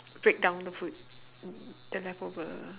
break down the food the leftover